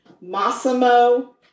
Massimo